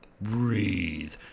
breathe